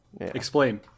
Explain